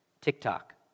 TikTok